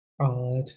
odd